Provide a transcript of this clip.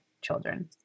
children